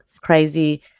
crazy